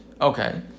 Okay